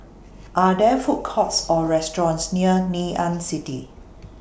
Are There Food Courts Or restaurants near Ngee Ann City